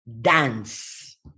dance